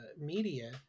media